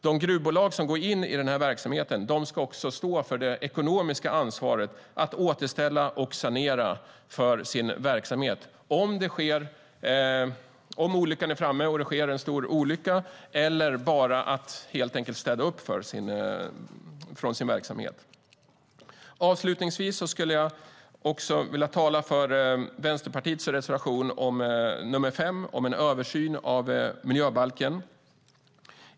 De gruvbolag som går in i verksamheten ska också stå för det ekonomiska ansvaret att återställa och sanera för sin verksamhet om olyckan är framme och det sker en stor olycka eller helt enkelt bara städa upp efter sin verksamhet. Avslutningsvis skulle jag vilja tala för Vänsterpartiets reservation nr 5 om en översyn av miljöbalken.